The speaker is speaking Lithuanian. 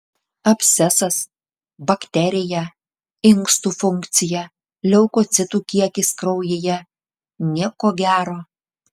abscesas bakterija inkstų funkcija leukocitų kiekis kraujyje nieko gero